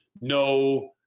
no